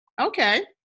okay